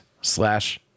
slash